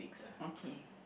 okay